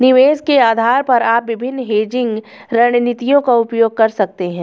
निवेश के आधार पर आप विभिन्न हेजिंग रणनीतियों का उपयोग कर सकते हैं